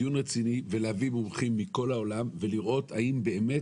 דיון רציני ולהביא מומחים מכל העולם ולראות האם באמת